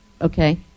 Okay